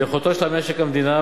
ליכולתו של משק המדינה,